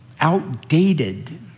outdated